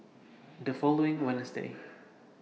The following Wednesday